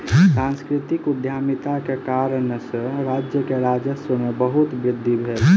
सांस्कृतिक उद्यमिता के कारणेँ सॅ राज्य के राजस्व में बहुत वृद्धि भेल